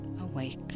awake